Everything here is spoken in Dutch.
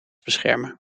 beschermen